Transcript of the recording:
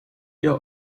ihr